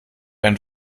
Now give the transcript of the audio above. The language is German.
einen